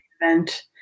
event